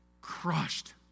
crushed